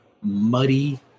muddy